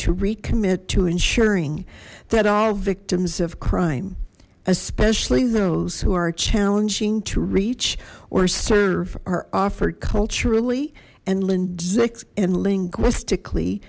to recommit to ensuring that all victims of crime especially those who are challenging to reach or serve are offered culturally and lenses and linguistically